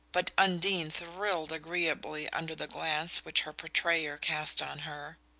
but undine thrilled agreeably under the glance which her portrayer cast on her.